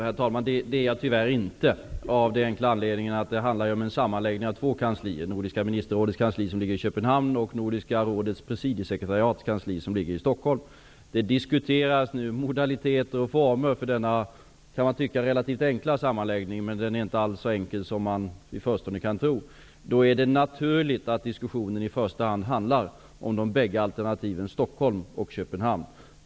Herr talman! Det är jag tyvärr inte, av den enkla anledningen att det handlar om en sammanläggning av två kanslier -- Nordiska ministerrådets kansli, som ligger i Köpenhamn, och Nordiska rådets presidiesekretariats kansli, som ligger i Stockholm. Det diskuteras nu modaliteter och former för denna, kan man tycka, relativt enkla sammanläggning. Men den är inte alls så enkel som man i förstone kan tro. Det är naturligt att diskussionen i första hand handlar om de bägge alternativen Stockholm och Köpenhamn.